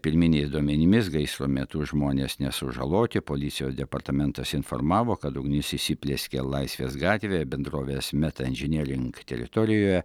pirminiais duomenimis gaisro metu žmonės nesužaloti policijos departamentas informavo kad ugnis įsiplieskė laisvės gatvėje bendrovės metanžinėlink teritorijoje